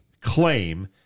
claim